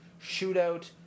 shootout